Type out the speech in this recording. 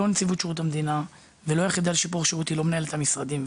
נציבות שירות המדינה ויחידת שיפור השירות לא מנהלות את המשרדים,